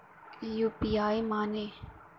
UPI माने?